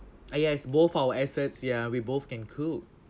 ah ya it's both our assets ya we both can cook